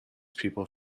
people